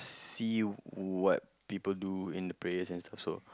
see what people do in the prayers and stuff so